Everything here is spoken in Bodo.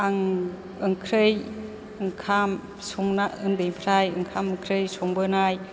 आं ओंख्रि ओंखाम संना उन्दैनिफ्राय ओंखाम ओंख्रि संबोनाय